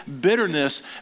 bitterness